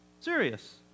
Serious